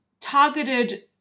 targeted